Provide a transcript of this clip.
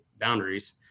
boundaries